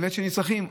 שבאמת נצרכים.